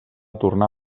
tornar